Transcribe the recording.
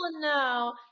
no